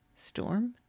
Storm